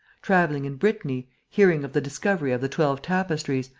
travelling in brittany, hearing of the discovery of the twelve tapestries,